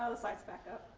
the site is back up.